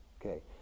Okay